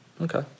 Okay